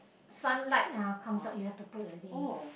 sunlight ah comes out you have to put already